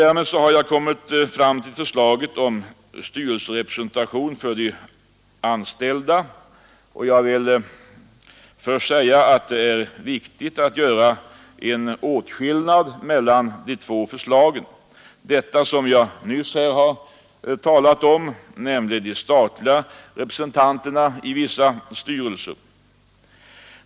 Härmed har jag kommit fram till förslaget om styrelserepresentation för de anställda och vill inledningsvis påpeka att det är viktigt att göra en åtskillnad mellan de två förslagen — detta senare och det som jag nyss har talat om, nämligen om de statliga representanterna i vissa styrelser.